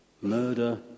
Murder